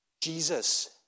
Jesus